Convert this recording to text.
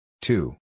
Two